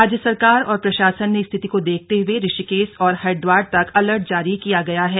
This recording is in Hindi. राज्य सरकार और प्रशासन ने स्थिति को देखते हुए ऋषिकेश और हरिद्वार तक अलर्ट जारी किया गया है